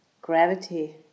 gravity